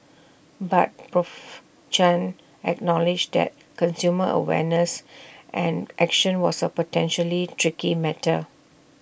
but Prof Chen acknowledged that consumer awareness and action was A potentially tricky matter